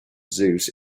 zeus